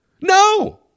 No